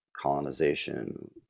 colonization